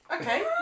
Okay